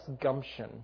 gumption